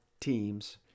teams